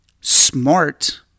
smart